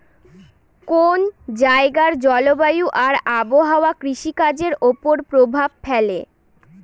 কোন জায়গার জলবায়ু আর আবহাওয়া কৃষিকাজের উপর প্রভাব ফেলে